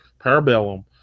Parabellum